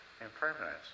impermanence